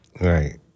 Right